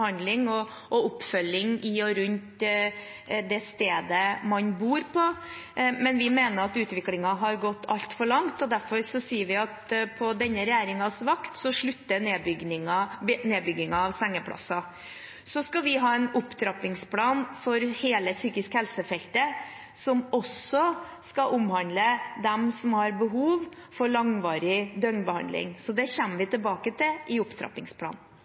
og oppfølging i og rundt det stedet man bor på. Men vi mener at utviklingen har gått altfor langt, og derfor sier vi at på denne regjeringens vakt slutter nedbyggingen av sengeplasser. Så skal vi ha en opptrappingsplan for hele psykisk helse-feltet, som også skal omhandle dem som har behov for langvarig døgnbehandling. Det kommer vi tilbake til i opptrappingsplanen.